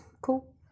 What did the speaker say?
Cool